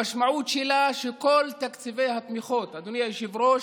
המשמעות שלה שכל תקציבי התמיכות, אדוני היושב-ראש,